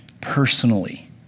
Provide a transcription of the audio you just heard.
personally